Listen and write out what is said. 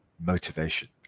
motivation